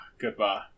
Goodbye